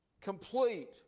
complete